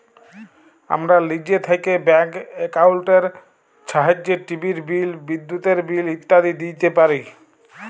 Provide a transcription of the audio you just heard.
আমরা লিজে থ্যাইকে ব্যাংক একাউল্টের ছাহাইয্যে টিভির বিল, বিদ্যুতের বিল ইত্যাদি দিইতে পারি